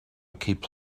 keep